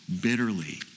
bitterly